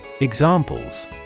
Examples